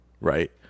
right